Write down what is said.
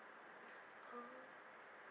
oh